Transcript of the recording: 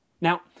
Now